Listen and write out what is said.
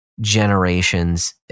generations